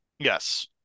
Yes